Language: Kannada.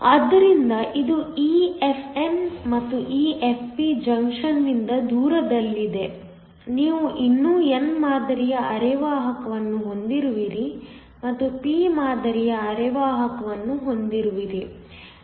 ಆದ್ದರಿಂದ ಇದು EFn ಇದು EFp ಜಂಕ್ಷನ್ನಿಂದ ದೂರದಲ್ಲಿದೆ ನೀವು ಇನ್ನೂ n ಮಾದರಿಯ ಅರೆವಾಹಕವನ್ನು ಹೊಂದಿರುವಿರಿ ಮತ್ತು p ಮಾದರಿಯ ಅರೆವಾಹಕವನ್ನು ಹೊಂದಿರುವಿರಿ